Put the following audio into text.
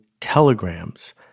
telegrams